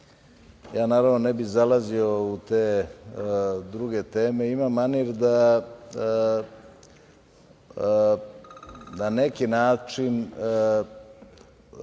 ja naravno ne bih zalazio u te druge teme, ima manir da na neki način